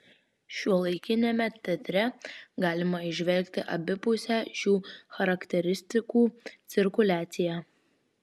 šiuolaikiniame teatre galima įžvelgti abipusę šių charakteristikų cirkuliaciją